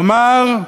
הוא אמר: